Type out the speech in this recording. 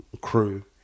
crew